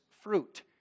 fruit